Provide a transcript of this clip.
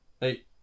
hey